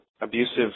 abusive